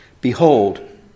Behold